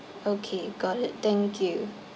okay got it thank you